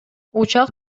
учак